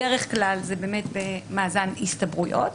בדרך כלל זה מאזן הסתברויות.